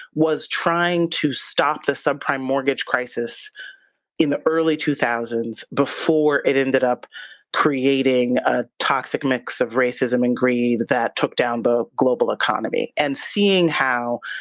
was trying to stop the subprime mortgage crisis in the early two thousand s, before it ended up creating a toxic mix of racism and greed that took down the global economy. and seeing how,